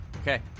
Okay